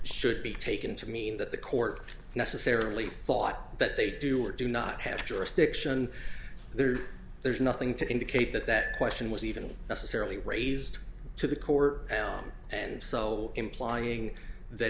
should be taken to mean that the court necessarily thought but they do or do not have jurisdiction there there's nothing to indicate that that question was even necessarily raised to the core element and so implying that